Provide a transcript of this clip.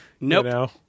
Nope